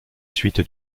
suite